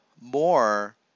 more